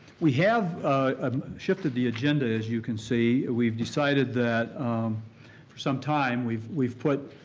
we have um shifted the agenda, as you can see. we've decided that for some time we've we've put